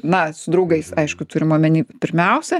na su draugais aišku turim omeny pirmiausia